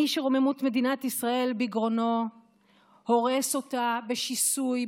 מי שרוממות מדינת ישראל בגרונו הורס אותה בשיסוי,